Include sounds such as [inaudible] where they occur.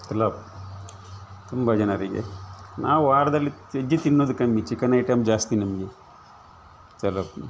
ಎಲ್ಲಾ ತುಂಬ ಜನರಿಗೆ ನಾವು ವಾರದಲ್ಲಿ ವೆಜ್ ತಿನ್ನೋದು ಕಮ್ಮಿ ಚಿಕನ್ ಐಟಮ್ ಜಾಸ್ತಿ ನಮಗೆ [unintelligible]